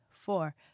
four